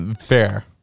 Fair